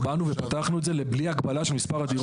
באנו ופתחנו את זה בלי הגבלה של מספר הדירות.